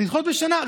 לדחות בשנה.